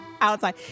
outside